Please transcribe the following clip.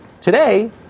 today